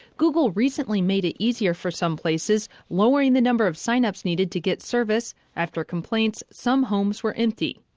google recently made it easier for some places, lowering the number of sign-ups needed to get service after complaints some homes were empty.